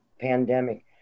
pandemic